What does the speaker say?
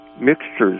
mixtures